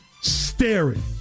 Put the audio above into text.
staring